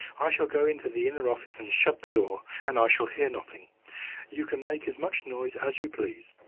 i shall go into the inner office and shut the door, and i shall hear nothing you can make as much noise as you please.